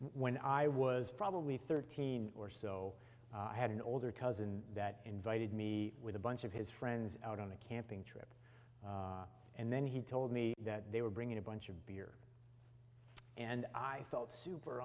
when i was probably thirteen or so i had an older cousin that invited me with a bunch of his friends out on a camping trip and then he told me that they were bringing a bunch of beer and i felt super